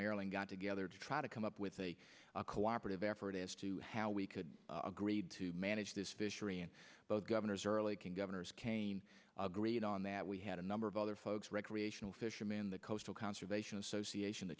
maryland got together to try to come up with a cooperative effort as to how we could agreed to manage this fishery and the governor's early can governors kaine agreed on that we had a number of other folks recreational fisherman the coastal conservation association the